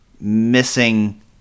missing